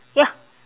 ya